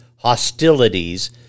hostilities